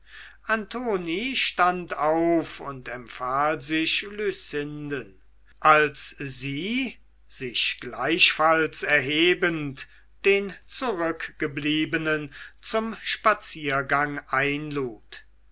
antoni stand auf und empfahl sich lucinden als sie sich gleichfalls erhebend den zurückgebliebenen zum spaziergang einlud